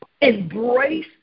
Embrace